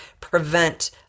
prevent